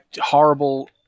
horrible